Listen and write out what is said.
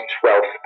twelfth